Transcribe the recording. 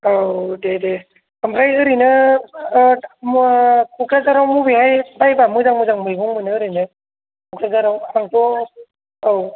औ दे दे ओमफ्राय ओरैनो मो क'क्राझाराव मबेहाय बायबा मोजां मोजां मैगंमोनो ओरैनो क'क्राझाराव आंथ' औ